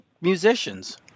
musicians